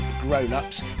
grown-ups